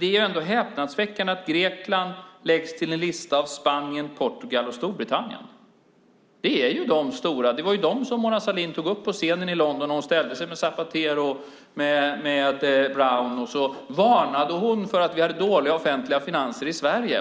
Det är ändå häpnadsväckande att Grekland läggs till en lista av Spanien, Portugal och Storbritannien. Det är de stora. Det var de som Mona Sahlin tog upp på scenen i London och varnade för att det är dåliga offentliga finanser i Sverige.